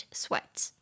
sweats